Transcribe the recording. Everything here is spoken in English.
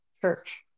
church